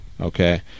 okay